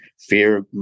Fear